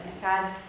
God